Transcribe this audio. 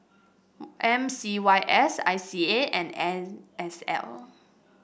M C Y S I C A and N S L